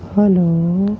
hello